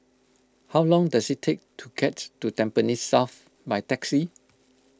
how long does it take to get to Tampines South by taxi